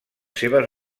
seves